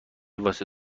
واسه